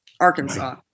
Arkansas